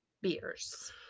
beers